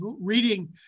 reading